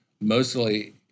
mostly